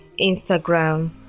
Instagram